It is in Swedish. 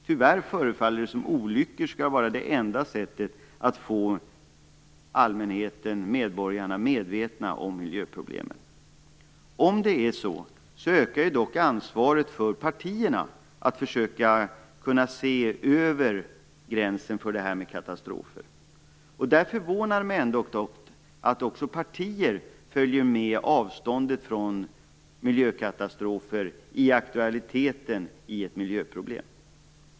Tyvärr förefaller det som om olyckor är det enda sättet att få allmänheten, medborgarna, medvetna om miljöproblemen. Om det är så ökar dock ansvaret för partierna att försöka se längre än till det här med katastrofer. Därför förvånar det mig att också partier följer med när det gäller avstånd till miljökatastrofer och miljöproblems aktualitet.